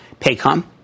Paycom